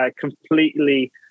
completely